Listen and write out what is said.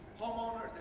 homeowners